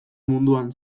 munduan